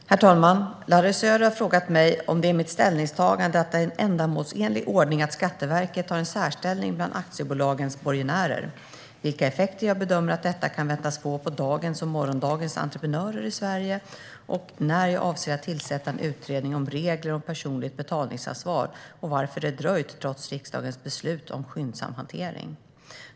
Svar på interpellation Herr talman! Larry Söder har frågat mig om det är mitt ställningstagande att det är en ändamålsenlig ordning att Skatteverket har en särställning bland aktiebolagens borgenärer, vilka effekter jag bedömer att detta kan väntas få på dagens och morgondagens entreprenörer i Sverige, när jag avser att tillsätta en utredning om regler om personligt betalningsansvar och varför det har dröjt, trots riksdagens beslut om skyndsam hantering.